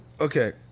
Okay